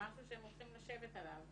משהו שהם הולכים לשבת עליו